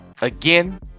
again